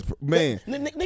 Man